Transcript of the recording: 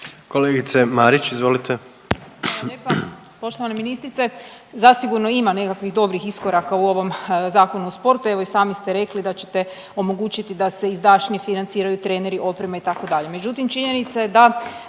Kolegice Marić, izvolite.